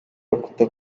rukuta